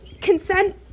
consent